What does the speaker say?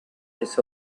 this